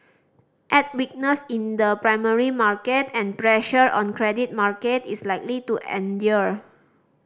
add weakness in the primary market and pressure on credit market is likely to endure